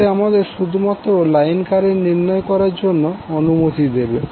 এটা আমাদের শুধুমাত্র লাইন কারেন্ট নির্ণয় করার জন্য অনুমতি দেবে